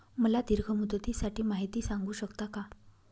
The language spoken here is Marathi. मला दीर्घ मुदतीसाठी माहिती सांगू शकता का?